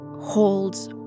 holds